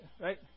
right